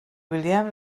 william